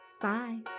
Bye